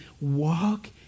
walk